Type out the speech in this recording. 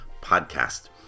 podcast